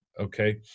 okay